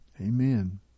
amen